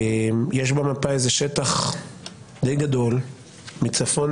יש במפה איזה שטח די גדול מצפון,